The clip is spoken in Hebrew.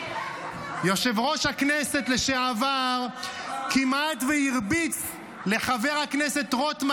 יושב-ראש הכנסת לשעבר כמעט שהרביץ לחברי הכנסת רוטמן